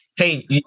Hey